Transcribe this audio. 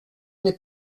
n’est